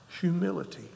Humility